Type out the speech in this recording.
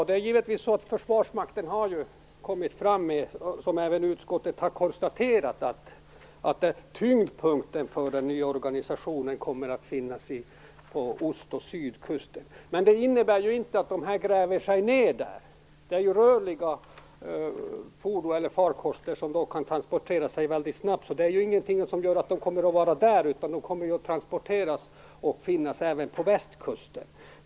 Herr talman! Försvarsmakten har - vilket även utskottet konstaterar - kommit fram till att tyngdpunkten för den nya organisationen kommer att finnas på ost och sydkusten. Men det innebär ju inte att man gräver ned sig där. Det är ju rörliga farkoster och man kan transportera sig väldigt snabbt. Så det är ju ingenting som säger att man enbart kommer att vara där, utan man kommer även att finnas på västkusten.